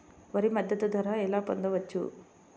వరి మద్దతు ధర ఎలా పొందవచ్చు?